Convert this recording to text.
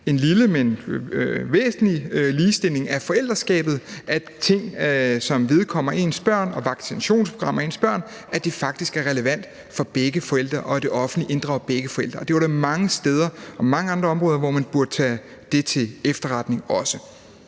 lille, men væsentlig ligestilling af forældreskabet, altså at ting, som vedkommer ens børn og vaccinationsprogrammet for ens børn, faktisk er relevant for begge forældre, og at det offentlige inddrager begge forældre. Det var der mange andre steder og mange andre områder som burde tage til efterretning.